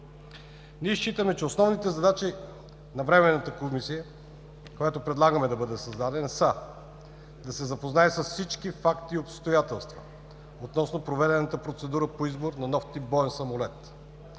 Ние считаме, че основните задачи на Временната комисия, която предлагаме да бъде създадена, са: да се запознае с всички факти и обстоятелства относно проведената процедура по нов тип боен самолет,